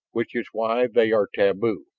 which is why they are taboo!